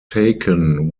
taken